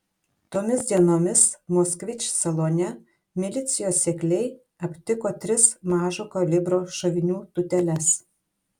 tomis dienomis moskvič salone milicijos sekliai aptiko tris mažo kalibro šovinių tūteles